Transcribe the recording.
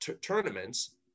tournaments